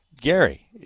Gary